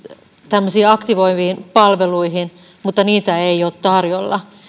tämmöisiin aktivoiviin palveluihin mutta niitä ei ole tarjolla